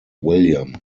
william